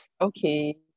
Okay